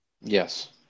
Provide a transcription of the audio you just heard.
Yes